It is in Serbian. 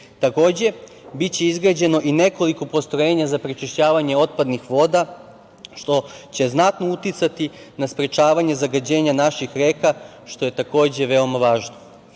korist. Takođe, biće izgrađeno i nekoliko postrojenja za prečišćavanje otpadnih voda, što će znatno uticati na sprečavanje zagađenja naših reka, što je takođe veoma važno.